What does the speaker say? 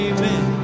Amen